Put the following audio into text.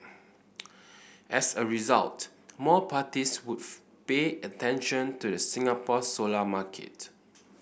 as a result more parties would pay attention to the Singapore solar market